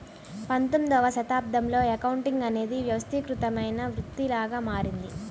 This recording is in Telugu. పంతొమ్మిదవ శతాబ్దంలో అకౌంటింగ్ అనేది వ్యవస్థీకృతమైన వృత్తిలాగా మారింది